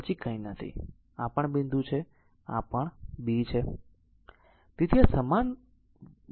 આ પણ બિંદુ છે આ પણ b છે